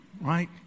Right